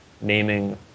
naming